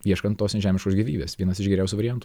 ieškant tos nežemiškos gyvybės vienas iš geriausių variantų